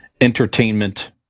entertainment